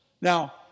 Now